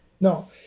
No